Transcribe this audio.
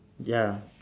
ya